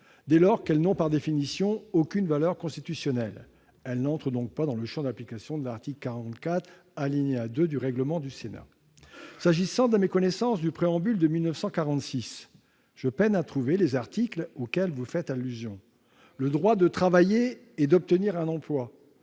dès lors qu'elles n'ont, par définition, aucune valeur constitutionnelle. Elles n'entrent donc pas dans le champ d'application de l'article 44, alinéa 2, du règlement du Sénat. S'agissant de la méconnaissance du Préambule de la Constitution de 1946, je peine à trouver les articles auxquels vous faites allusion. Vous avez mal cherché ! Le droit de travailler et d'obtenir un emploi